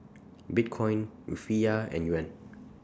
Bitcoin Rufiyaa and Yuan